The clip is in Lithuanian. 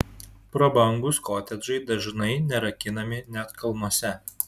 prabangūs kotedžai dažnai nerakinami net kalnuose